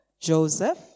Joseph